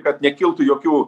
kad nekiltų jokių